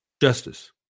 justice